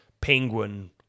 penguin